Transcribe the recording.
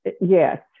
yes